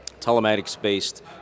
telematics-based